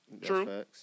True